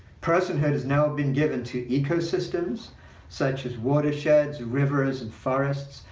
personhood has now been given to ecosystems such as watersheds, rivers, and forests,